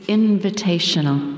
invitational